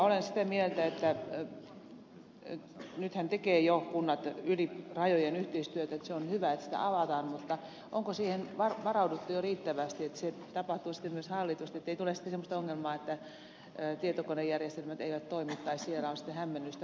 olen sitä mieltä että nythän kunnat jo tekevät yli rajojen yhteistyötä ja se on hyvä että sitä avataan mutta onko siihen varauduttu jo riittävästi että se tapahtuu sitten myös hallitusti ettei tule sitten semmoista ongelmaa että tietokonejärjestelmät eivät toimi tai siellä on hämmennystä